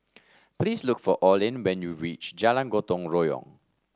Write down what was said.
please look for Orlin when you reach Jalan Gotong Royong